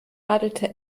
radelte